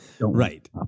right